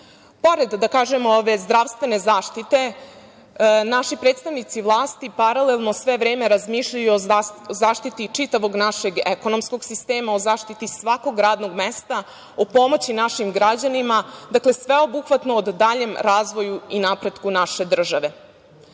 ponašati. Pored ove zdravstvene zaštite, naši predstavnici vlasti paralelno sve vreme razmišljaju i o zaštiti čitavog našeg ekonomskog sistema, o zaštiti svakog radnog mesta, o pomoći našim građanima, dakle, sveobuhvatno o daljem razvoju i napretku naše države.S